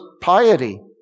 piety